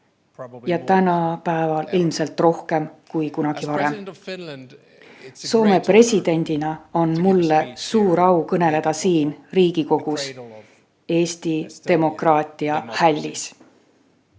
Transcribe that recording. saatus – praegu ilmselt rohkem kui kunagi varem. Soome presidendina on mulle suur au kõnelda siin, Riigikogus, Eesti demokraatia hällis.